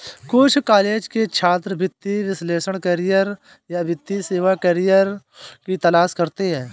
कुछ कॉलेज के छात्र वित्तीय विश्लेषक करियर या वित्तीय सेवा करियर की तलाश करते है